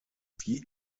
die